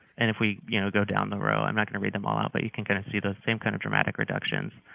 and if we you now go down the row i'm not going to read them all out but you can kind of see those same kind of dramatic reductions